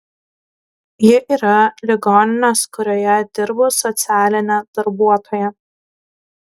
ji yra ligoninės kurioje dirbu socialinė darbuotoja